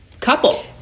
couple